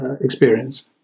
experience